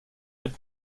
mit